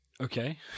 Okay